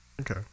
Okay